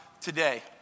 today